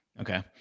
Okay